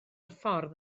ffordd